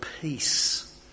peace